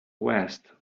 west